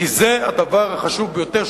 כי זה הדבר החשוב ביותר,